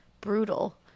brutal